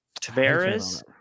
Tavares